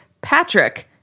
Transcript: Patrick